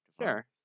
Sure